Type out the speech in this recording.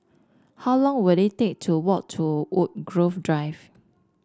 how long will it take to walk to Woodgrove Drive